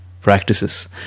practices